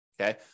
Okay